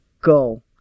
go